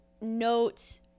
notes